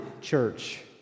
church